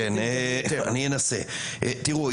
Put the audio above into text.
תראו,